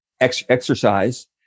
exercise